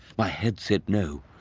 my head said no,